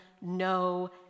no